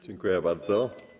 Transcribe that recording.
Dziękuję bardzo.